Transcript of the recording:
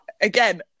again